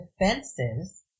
defenses